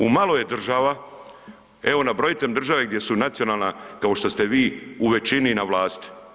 U malo je država, evo nabrojite mi države gdje su nacionalna, kao što ste vi, u većini na vlasti?